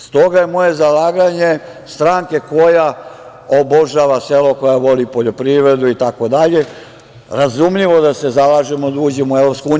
Stoga je moje zalaganje, stranke koja obožava selo, koja voli poljoprivredu, razumljivo da se zalažemo da uđemo u EU.